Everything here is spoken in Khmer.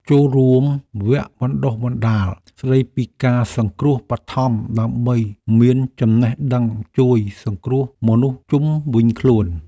ចូលរួមវគ្គបណ្តុះបណ្តាលស្តីពីការសង្គ្រោះបឋមដើម្បីមានចំណេះដឹងជួយសង្គ្រោះមនុស្សជុំវិញខ្លួន។